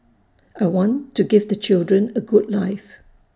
I want to give the children A good life